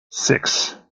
six